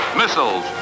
missiles